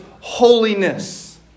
holiness